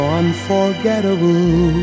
unforgettable